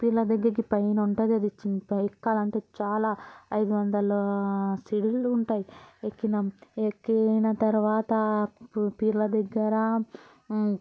పీర్ల దగ్గరికి పైనుంటుందది ఛీ పైకెక్కాలంటే చాలా ఐదు వందలా సిలువులు ఉంటాయి ఎక్కినాము ఎక్కిన తర్వాత పీర్ల దగ్గర